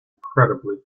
incredibly